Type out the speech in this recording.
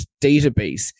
database